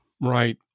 Right